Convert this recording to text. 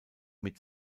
mit